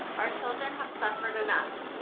our children have suffered enough.